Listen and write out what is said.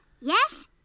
Yes